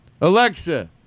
Alexa